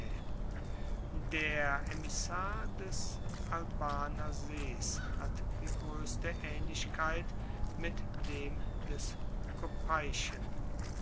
der emissar des albaner sees hat die groesste aehnlichkeit mit dem des